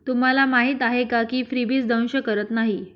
तुम्हाला माहीत आहे का की फ्रीबीज दंश करत नाही